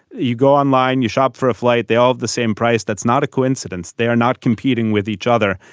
you go online you shop for a flight. they all have the same price. that's not a coincidence. they're not competing with each other.